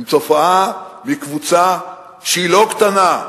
הן תופעה בקבוצה שהיא לא קטנה.